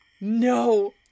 No